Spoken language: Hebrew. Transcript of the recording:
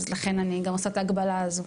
אז לכן אני גם עושה את ההקבלה הזאת.